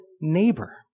neighbor